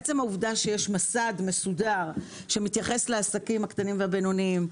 עצם העובדה שיש מסד מסודר שמתייחס לעסקים הקטנים והבינוניים,